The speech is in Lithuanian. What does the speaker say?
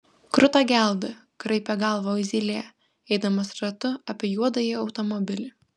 kruta gelda kraipė galvą zylė eidamas ratu apie juodąjį automobilį